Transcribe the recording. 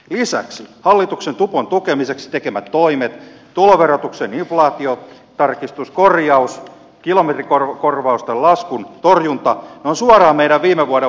lisäksi hallituksen tupon tukemiseksi tekemät toimet tuloverotuksen inflaatiotarkistuskorjaus kilometrikorvausten laskun torjunta ne ovat suoraan meidän viime vuoden vaihtoehtobudjetistamme